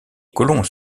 colons